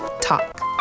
Talk